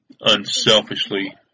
Unselfishly